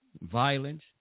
violence